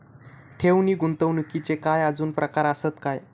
ठेव नी गुंतवणूकचे काय आजुन प्रकार आसत काय?